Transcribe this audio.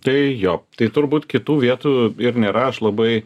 tai jog tai turbūt kitų vietų ir nėra aš labai